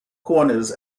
corners